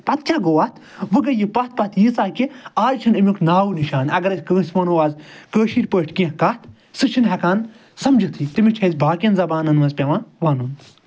پَتہٕ کیٛاہ گوٚو اتھ وۄنۍ گٔے یہِ پَتھ پَتھ ییٖژاہ کہِ آز چھِنہٕ اَمیُک نامو نِشان اَگر أسۍ کٲنسہِ وَنو آز کٲشِرۍ پٲٹھۍ کیٚنہہ کَتھ سُہ چھُنہٕ ہٮ۪کان سَمجِتھٕے تٔمِس چھُ اَسہِ باقین زَبانن منٛز پٮ۪وان وَنُن